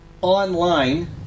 online